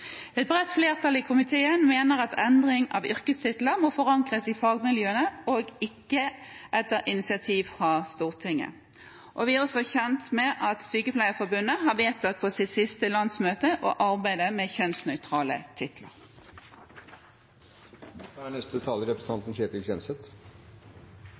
Et bredt flertall i komiteen mener at endring av yrkestitler må forankres i fagmiljøene og ikke etter initiativ fra Stortinget. Vi er også kjent med at Sykepleierforbundet på sitt siste landsmøte har vedtatt å arbeide med kjønnsnøytrale